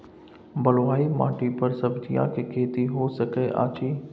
बलुआही माटी पर सब्जियां के खेती होय सकै अछि?